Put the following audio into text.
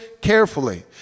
carefully